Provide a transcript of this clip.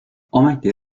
ometi